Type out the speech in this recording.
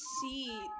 see